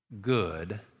good